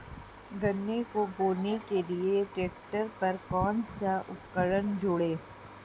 गन्ने को बोने के लिये ट्रैक्टर पर कौन सा उपकरण जोड़ें?